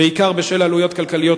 של העולם השלישי,